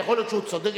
יכול להיות שהוא צודק,